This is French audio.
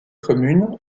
communes